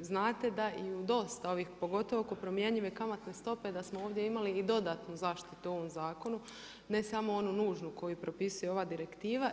znate da i u dostavi, pogotovo oko promjenjive kamatne stope, da smo ovdje imali i dodatnu zaštitu u ovom zakonu, ne samo onu nužnu koja propisuje ova direktiva.